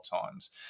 times